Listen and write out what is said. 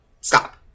Stop